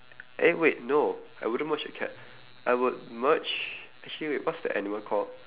eh wait no I wouldn't merge a cat I would merge actually wait what's that animal called